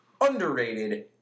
underrated